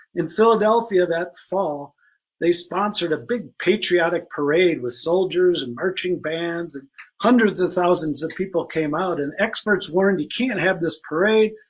in philadelphia that fall they sponsored a big patriotic parade with soldiers and marching bands and hundreds of thousands of people came out and experts warned you can't have this parade,